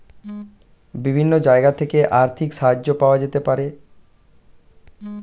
বিভিন্ন জায়গা থেকে আর্থিক সাহায্য পাওয়া যেতে পারে